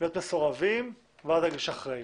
להיות מסורבים ואז להגיש אחרי.